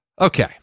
okay